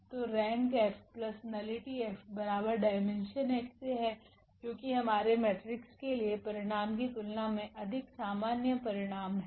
तोरैंक 𝐹नलिटी𝐹dim𝑋 है जो की हमारे मेट्रिक्स के लिए परिणाम की तुलना में अधिक सामान्य परिणाम है